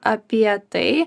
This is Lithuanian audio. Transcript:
apie tai